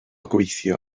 gweithio